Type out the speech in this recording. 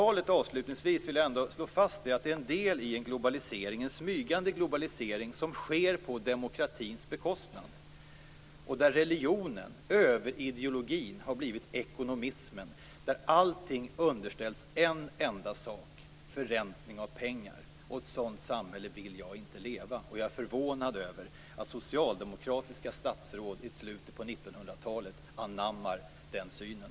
Avslutningsvis vill jag ändå slå fast att MAI avtalet är en del i en smygande globalisering som sker på demokratins bekostnad. Religionen, överideologin har blivit ekonomismen, där allting underställs en enda sak, förräntning av pengar. I ett sådant samhälle vill jag inte leva. Jag är förvånad över att socialdemokratiska statsråd i slutet av 1900-talet anammar den synen.